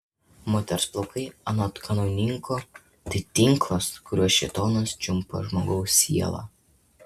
moters plaukai anot kanauninko tai tinklas kuriuo šėtonas čiumpa žmogaus sielą